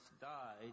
died